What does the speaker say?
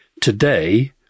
today